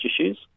issues